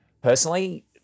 personally